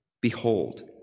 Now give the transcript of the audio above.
behold